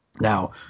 Now